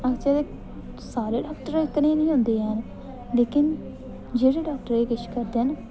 आखचै ते सारे डाक्टर इक जेह् निं होंदे न लेकिन किश डाक्टर किक्